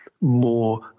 more